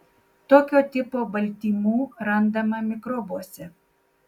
tokio tipo baltymų randama mikrobuose